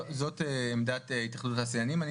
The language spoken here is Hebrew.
זאת עמדת התאחדות התעשיינים.